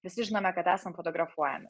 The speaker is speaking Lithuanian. visi žinome kad esam fotografuojami